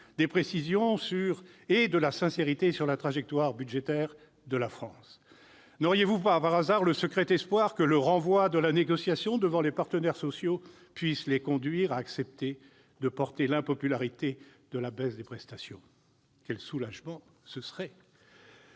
des précisions et de la sincérité sur la trajectoire budgétaire de la France ... N'auriez-vous pas, par hasard, le secret espoir que le renvoi de la négociation devant les partenaires sociaux puisse les conduire à accepter de porter l'impopularité de la baisse des prestations ? Quel soulagement ce serait !